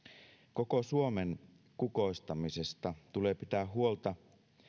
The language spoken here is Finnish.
koko suomen kukoistamisesta tulee pitää huolta